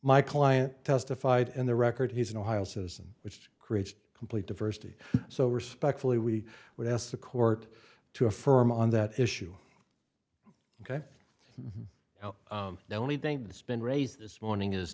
my client testified in the record he's an ohio citizen which creates complete diversity so respectfully we would ask the court to affirm on that issue ok the only thing that's been raised this morning